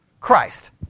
Christ